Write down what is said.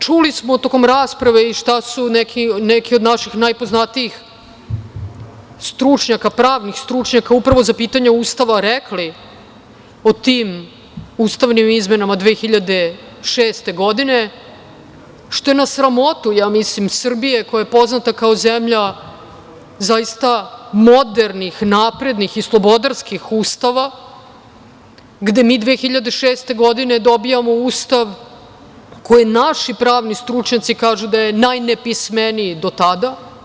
Čuli smo tokom rasprave šta su neki od naših najpoznatijih stručnjaka, pravnih stručnjaka upravo za pitanje Ustava rekli o tim ustavnim izmenama 2006. godine, što je na sramotu, ja mislim, Srbije koja je poznata kao zemlja zaista modernih, naprednih i slobodarskih ustava gde mi 2006. godine dobijamo Ustav za koji naši pravni stručnjaci kažu da je najnepismeniji do tada.